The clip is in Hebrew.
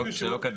שלא כדין.